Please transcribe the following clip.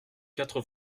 quatre